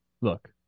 look